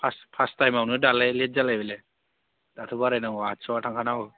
first टाइमावनो दालाय late जालायबाय दाथ' बारायनांगौ आदस'आ थांखानांगौ